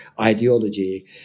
ideology